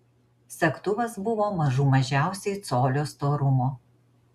segtuvas buvo mažų mažiausiai colio storumo